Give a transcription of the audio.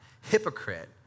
Hypocrite